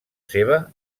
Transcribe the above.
seva